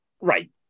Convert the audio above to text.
right